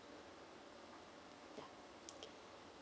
ya okay